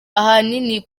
ahanini